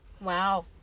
Wow